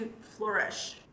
flourish